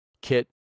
kit